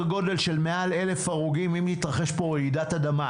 גודל של יותר מאלף הרוגים אם תתרחש פה רעידת אדמה,